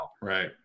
right